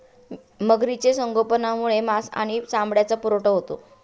मगरीचे संगोपनामुळे मांस आणि चामड्याचा पुरवठा होतो